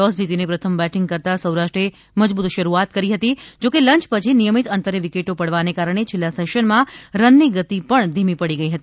toss જીતીને પ્રથમ batting કરતા સૌરાષ્ટ્રે મજબૂત શરૂઆત કરી કરી હતી જોકે લંય પછી નિયમિત અંતરે વિકેટો પડવાને કારણે છેલ્લા સેશનમાં રનની ગતિ પણ ધીમી પડી ગઈ હતી